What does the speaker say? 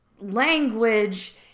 language